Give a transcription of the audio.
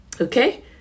Okay